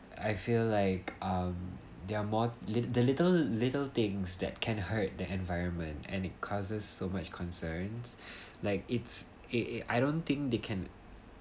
I feel like um they're more lit~ the little little things that can hurt the environment and it causes so much concerns like it's it it I don't think they can't